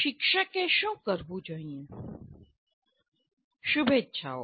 શુભેચ્છાઓ